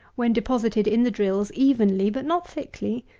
when deposited in the drills evenly but not thickly,